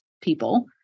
people